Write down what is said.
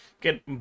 get